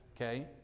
okay